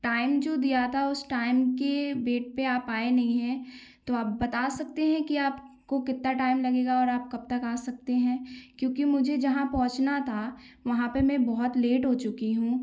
time जो दिया था उस टाइम के बेट पे आप आए नहीं हैं तो आप बता सकते हैं कि आपको कितना टाइम लगेगा और आप कब तक आ सकते हैं क्योंकि मुझे जहाँ पहुँचना था वहाँ पे मैं बहुत लेट हो चुकी हूँ